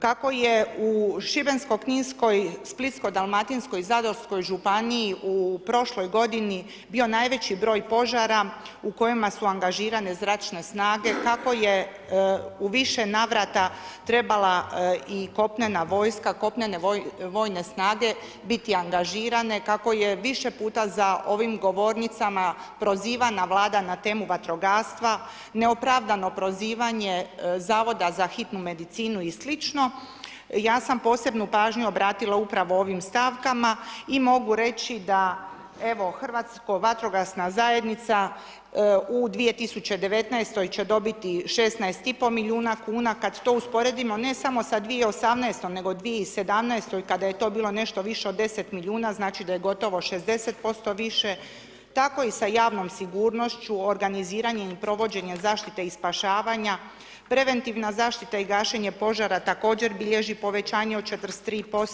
Kako je u Šibensko-kninskoj, Splitsko-dalmatinskoj i Zadarskoj županiji u prošloj godini bio najveći broj požara u kojima su angažirane zračne snage, kako je u više navrata trebala i kopnena vojska, kopnene vojne snage biti angažirane, kako je više puta za ovim govornicama prozivana Vlada na temu vatrogastva, neopravdano prozivanje Zavoda za hitnu medicinu i sl. ja sam posebnu pažnju obratila upravo ovim stavkama i mogu reći da evo Hrvatsko vatrogasna zajednica u 2019. će dobiti 16,5 milijuna kuna, kad to usporedimo ne samo sa 2018. nego 2017. kada je to bilo nešto više od 10 milijuna znači da je gotovo 60% više, tako i sa javnom sigurnošću, organiziranjem i provođenjem zaštite i spašavanja, preventivna zaštita i gašenje požara također bilježi povećanje od 43%